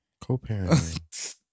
Co-parenting